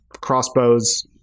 crossbows